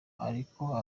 ariko